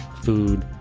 food,